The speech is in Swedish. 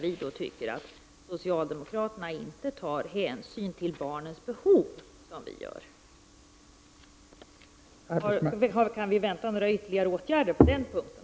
Vi tycker att socialdemokraterna inte tar hänsyn till barnens behov, så som vi gör. Kan vi vänta oss några ytterligare åtgärder på den punkten?